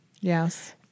Yes